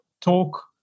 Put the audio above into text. talk